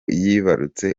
yibarutse